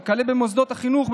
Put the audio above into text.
וכלה במוסדות החינוך,